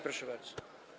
Proszę bardzo.